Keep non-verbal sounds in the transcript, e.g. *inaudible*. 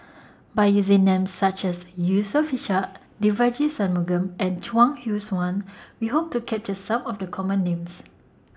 *noise* By using Names such as Yusof Ishak Devagi Sanmugam and Chuang Hui Tsuan We Hope to capture Some of The Common Names